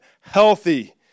healthy